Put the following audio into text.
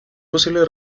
posible